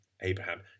Abraham